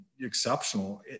exceptional